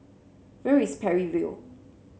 where is Parry View